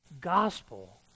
gospel